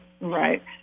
Right